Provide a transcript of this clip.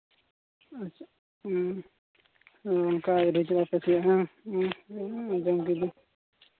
ᱟᱪᱪᱷᱟ ᱦᱮᱸ ᱚᱱᱠᱟ ᱵᱟᱝ ᱦᱮᱸ